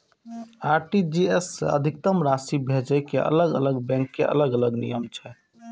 RTGS सं अधिकतम राशि भेजै के अलग अलग बैंक के अलग अलग नियम छै